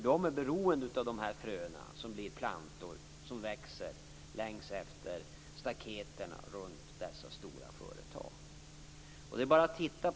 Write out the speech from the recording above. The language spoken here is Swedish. De är beroende av att de frön som gror längs staketen runt dessa stora företag också växer upp till plantor.